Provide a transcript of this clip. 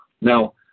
Now